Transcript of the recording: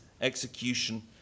execution